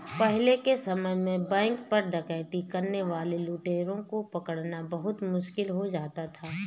पहले के समय में बैंक पर डकैती करने वाले लुटेरों को पकड़ना बहुत मुश्किल हो जाता था